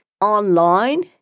online